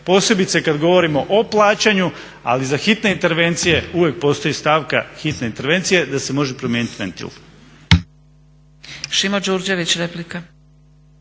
posebice kada govorimo o plaćanju, ali za hitne intervencije uvijek postoji stavka hitne intervencije da se može promijeniti ventil.